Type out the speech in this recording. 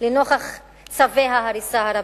לנוכח צווי ההריסה הרבים.